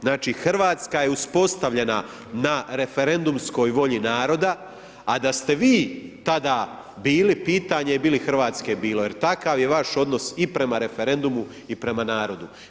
Znači Hrvatska je uspostavljena na referendumskoj volji naroda, a da ste vi tada bili, pitanje je bi li Hrvatske bilo, jer takav je vaš odnos i prema referendumu i prema narodu.